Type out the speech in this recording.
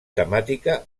temàtica